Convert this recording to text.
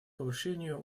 повышению